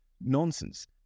nonsense